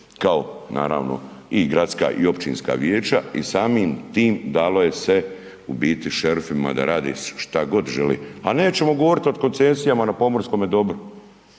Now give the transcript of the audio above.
kao naravno i gradska i općinska vijeća i samim tim dalo je se u biti šerifima da rade šta god žele. A nećemo govoriti o koncesijama na pomorskome dobru,